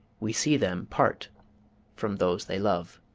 we see them part from those they love.